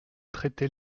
traiter